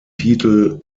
titel